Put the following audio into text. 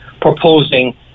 proposing